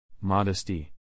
Modesty